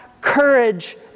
courage